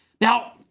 Now